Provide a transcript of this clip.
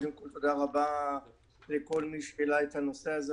קודם כל תודה רבה לכל מי שהעלה את הנושא הזה,